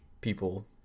people